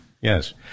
yes